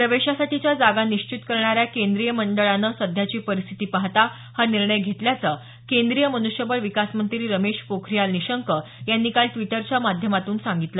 प्रवेशासाठीच्या जागा निश्चित करणाऱ्या केंद्रीय मंडळानं सध्याची परिस्थिती पाहता हा निर्णय घेतल्याचं केंद्रीय मनुष्यबळ विकास मंत्री रमेश पोखरियाल निशंक यांनी काल ड्विटरच्या माध्यमातून सांगितलं